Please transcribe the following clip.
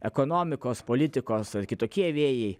ekonomikos politikos ar kitokie vėjai